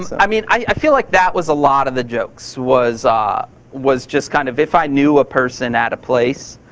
i mean i i feel like that was a lot of the jokes, was was just kind of if i knew of a person at a place,